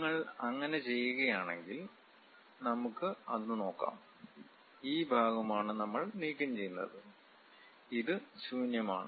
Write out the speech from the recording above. നിങ്ങൾ അങ്ങനെ ചെയ്യുകയാണെങ്കിൽ നമുക്ക് അത് നോക്കാം ഈ ഭാഗമാണ് നമ്മൾ നീക്കംചെയ്യുന്നത് ഇത് ശൂന്യമാണ്